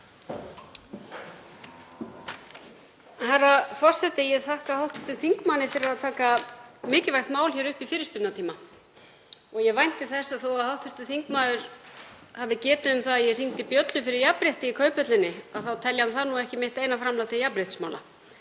Herra forseti. Ég þakka hv. þingmanni fyrir að taka mikilvægt mál hér upp í fyrirspurnatíma. Ég vænti þess að þó að hv. þingmaður hafi getið um það að ég hringdi bjöllu fyrir jafnrétti í Kauphöllinni, þá telji hann það ekki mitt eina framlag til jafnréttismála,